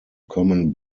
common